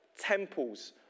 temples